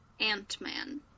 Ant-Man